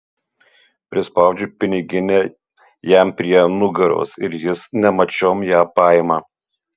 prispaudžiu piniginę jam prie nugaros ir jis nemačiom ją paima